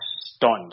stunned